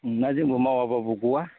दा जोंबो मावा बाबो गवा